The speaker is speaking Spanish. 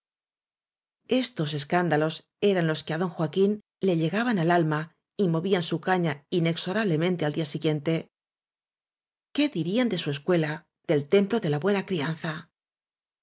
estos escándalos eran los tiél ciue a on foaciu n jr i le llegaban al alma í yg j i y movían su caña inexorable al día siguiente qué di rían de su escuela del templo de la buena crianza